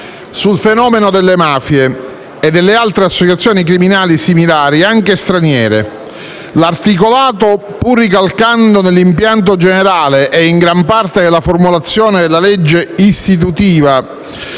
sul fenomeno delle mafie e delle altre associazioni criminali similari, anche straniere. L'articolato, pur ricalcando l'impianto generale e in gran parte la formulazione della legge istitutiva